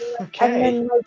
Okay